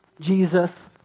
Jesus